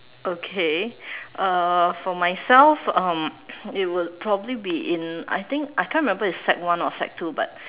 okay uh for myself um it would probably be in I think I can't remember it's sec one or sec two but